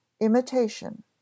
imitation